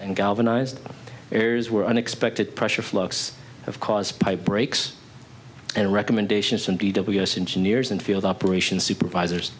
and galvanized areas where unexpected pressure flux of cause pipe breaks and recommendations from b w s engineers and field operations supervisors